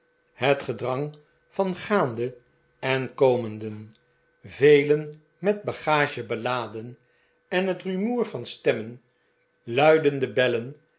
het gedrang van gaanden en komenden velen met bagage beladen en het rumoer van stemmen luidende bellen